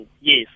yes